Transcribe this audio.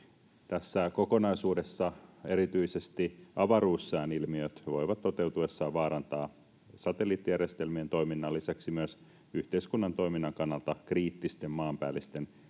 Tässä kokonaisuudessa erityisesti avaruussään ilmiöt voivat toteutuessaan vaarantaa satelliittijärjestelmien toiminnan lisäksi myös yhteiskunnan toiminnan kannalta kriittisten maanpäällisten